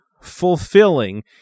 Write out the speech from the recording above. fulfilling